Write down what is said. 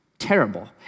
terrible